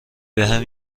بهم